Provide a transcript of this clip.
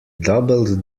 doubled